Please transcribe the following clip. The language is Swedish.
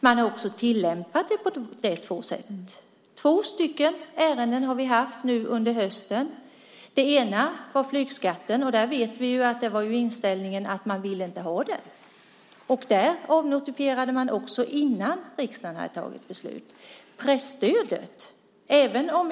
Man har också tillämpat den på två sätt. Två ärenden har vi haft nu under hösten. Det ena var flygskatten, och där vet vi att inställningen var att man inte ville ha den. Där avnotifierade man också innan riksdagen hade fattat beslut. Det andra var presstödet.